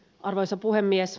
arvoisa puhemies